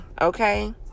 Okay